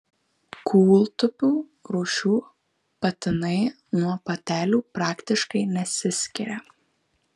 kūltupių rūšių patinai nuo patelių praktiškai nesiskiria